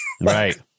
right